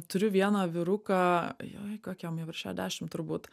turiu vieną vyruką joj kokia jam virš šešiasdešimt turbūt